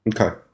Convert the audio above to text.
Okay